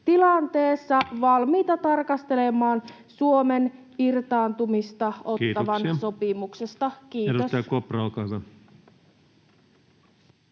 koputtaa] valmiita tarkastelemaan Suomen irtaantumista Ottawan sopimuksesta? — Kiitos.